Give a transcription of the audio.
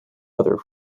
other